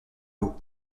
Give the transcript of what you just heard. lot